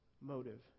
motive